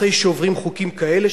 אחרי שעוברים חוקים כאלה,